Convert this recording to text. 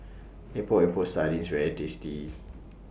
Epok Epok Sardin IS very tasty